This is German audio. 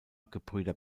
gebrüder